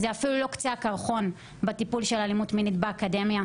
זה אפילו לא קצה הקרחון בטיפול של אלימות מינית באקדמיה.